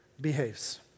behaves